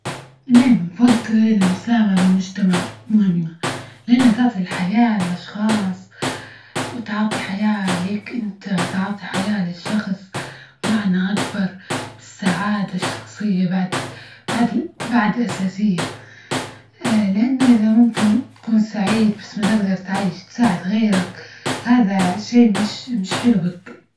أنا بفضل المساهمة بالمجتمع، مهمة لأن تعطي الحياة الأشخاص وتعطي حياة ليك، إنت تعطي حياة للشخص معنى أكبر بالسعادة الشخصية، بعد- بعد- بعد أساسية، لأن إذا ممكن تكون سعيت بس ما تجدر تساعد غيرك، هذا شي مش- مش حلو هيكى.